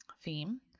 theme